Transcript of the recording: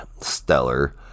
stellar